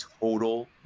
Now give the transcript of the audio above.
total